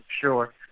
sure